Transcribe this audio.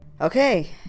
okay